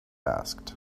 asked